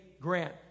Grant